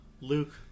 Luke